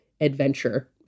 adventure